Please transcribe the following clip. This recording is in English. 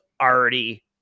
already